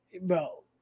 bro